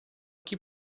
que